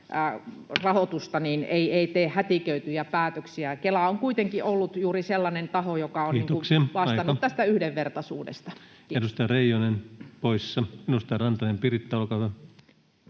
koputtaa] ei tee hätiköityjä päätöksiä. Kela on kuitenkin ollut juuri sellainen taho, [Puhemies: Kiitoksia, aika!] joka on vastannut tästä yhdenvertaisuudesta. Edustaja Reijonen poissa. — Edustaja Rantanen, Piritta, olkaa hyvä.